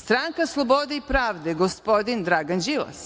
Stranka slobode i pravde, gospodin Dragan Đilas,